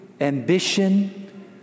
ambition